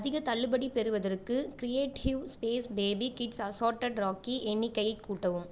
அதிக தள்ளுபடி பெறுவதற்கு creative space baby kids assorted rakhi எண்ணிக்கையை கூட்டவும்